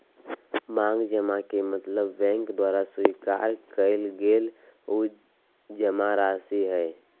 मांग जमा के मतलब बैंक द्वारा स्वीकार कइल गल उ जमाराशि हइ